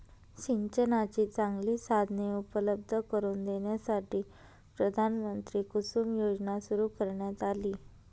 सिंचनाची चांगली साधने उपलब्ध करून देण्यासाठी प्रधानमंत्री कुसुम योजना सुरू करण्यात आली